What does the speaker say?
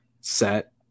set